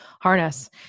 harness